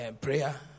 prayer